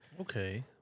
Okay